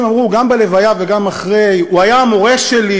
אמרו גם בלוויה וגם אחרי: הוא היה המורה שלי,